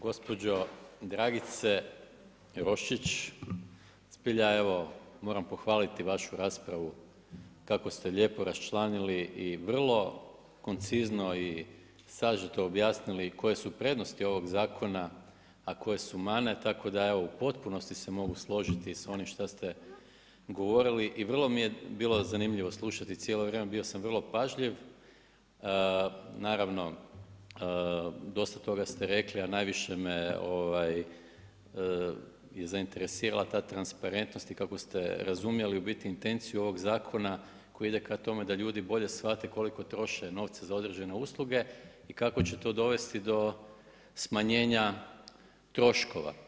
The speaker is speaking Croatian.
Gospođo Dragice Roščić, zbilja evo, moram pohvaliti vašu raspravu kako ste lijepo raščlanili i vrlo koncizno i sažeto objasnili koje su prednosti ovog zakona a koje su mane, tako da evo u potpunosti se mogu složiti s onim šta ste govorili i vrlo mi je bilo zanimljivo slušati cijelo vrijeme, bio sam vrlo pažljiv, naravno, dosta toga ste rekli, a najviše me zainteresirala ta transparentnost i kako ste razumjeli u biti intenciju ovog zakona koji ide ka tome da ljudi bolje shvate koliko troše novca za određene usluge, i kako će to dovesti do smanjenja troškova.